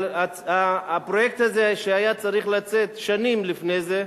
אבל הפרויקט הזה, שהיה צריך לצאת שנים לפני זה,